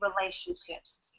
relationships